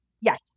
Yes